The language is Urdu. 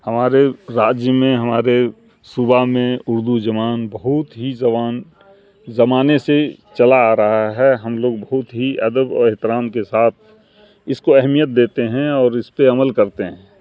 ہمارے راجیہ میں ہمارے صوبہ میں اردو جبان بہت ہی زبان زمانے سے چلا آ رہا ہے ہم لوگ بہت ہی ادب اور احترام کے ساتھ اس کو اہمیت دیتے ہیں اور اس پہ عمل کرتے ہیں